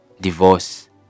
Divorce